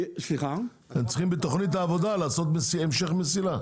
הם צריכים בתוכנית העבודה לעשות מסילה.